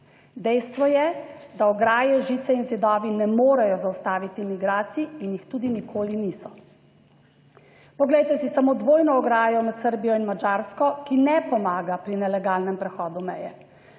dejstvo je, da ograje, žice in zidovi ne morejo zaustaviti migracij in jih tudi nikoli niso. Poglejte si samo dvojno ograjo med Srbijo in Madžarsko, ki ne pomaga pri nelegalnem prehodu meje.